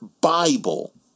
Bible